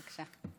בבקשה.